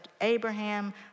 Abraham